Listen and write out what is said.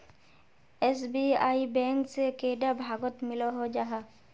SBI bank से कैडा भागोत मिलोहो जाहा?